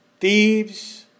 Thieves